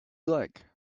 like